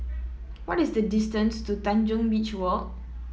what is the distance to Tanjong Beach Walk